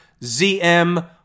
ZM